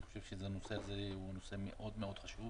אני חושב שהנושא הזה הוא מאוד-מאוד חשוב